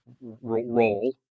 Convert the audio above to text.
role